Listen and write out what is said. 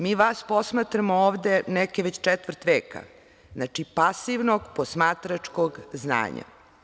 Mi vas posmatramo, ovde neke već četvrt veka, znači, pasivnog, posmatračkog znanja.